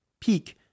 peak